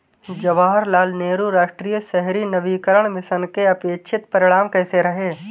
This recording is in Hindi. जवाहरलाल नेहरू राष्ट्रीय शहरी नवीकरण मिशन के अपेक्षित परिणाम कैसे रहे?